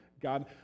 God